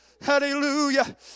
Hallelujah